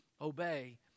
obey